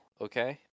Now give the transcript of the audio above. okay